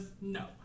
No